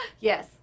yes